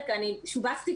אני שובצתי,